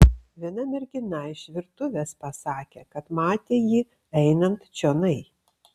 viena mergina iš virtuvės pasakė kad matė jį einant čionai